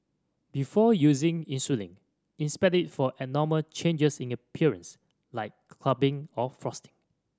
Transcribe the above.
before using insulin inspect it for abnormal changes in appearance like clumping or frosting